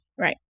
Right